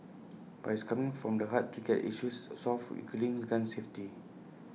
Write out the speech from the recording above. but he's coming from the heart to get issues solved including gun safety